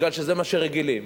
כי זה מה שרגילים.